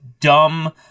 dumb